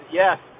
yes